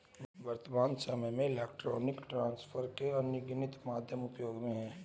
वर्त्तमान सामय में इलेक्ट्रॉनिक ट्रांसफर के अनगिनत माध्यम उपयोग में हैं